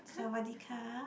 sawatdeekap